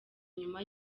nyuma